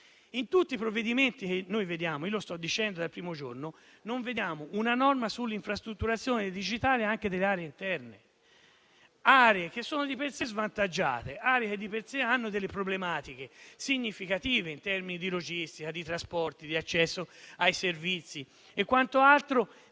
In tutti i provvedimenti - e lo sto dicendo dal primo giorno - non vediamo una norma sull'infrastrutturazione digitale delle aree interne, che sono di per sé svantaggiate e presentano problematiche significative in termini di logistica, di trasporti, di accesso ai servizi e quanto altro.